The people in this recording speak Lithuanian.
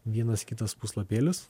vienas kitas puslapėlis